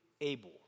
able